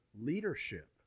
leadership